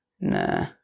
Nah